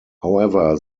however